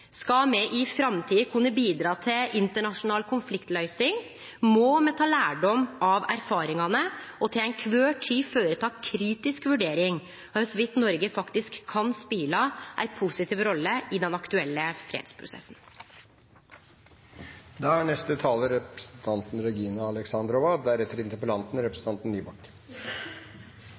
Skal me i framtida kunne bidra til internasjonal konfliktløysing, må me ta lærdom av erfaringane og til ei kvar tid føreta kritisk vurdering av om og korleis Noreg faktisk kan spele ei positiv rolle i den aktuelle